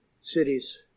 cities